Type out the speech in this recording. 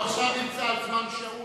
הוא עכשיו נמצא על זמן שאול,